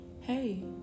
Hey